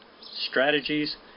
strategies